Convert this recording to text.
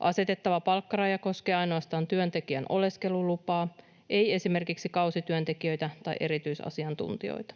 Asetettava palkkaraja koskee ainoastaan työntekijän oleskelulupaa, ei esimerkiksi kausityöntekijöitä tai erityisasiantuntijoita.